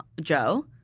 Joe